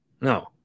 no